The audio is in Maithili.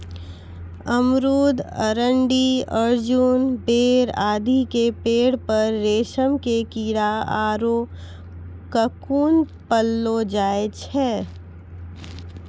अमरूद, अरंडी, अर्जुन, बेर आदि के पेड़ पर रेशम के कीड़ा आरो ककून पाललो जाय छै